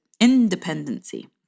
independency